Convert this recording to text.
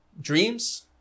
dreams